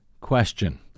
question